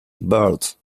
birds